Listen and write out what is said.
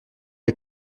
les